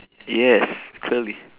yes clearly